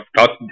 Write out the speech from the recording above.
Talk